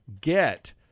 get